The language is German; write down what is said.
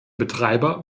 betreiber